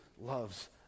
loves